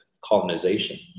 colonization